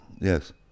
yes